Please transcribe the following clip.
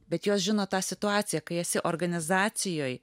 bet jos žino tą situaciją kai esi organizacijoj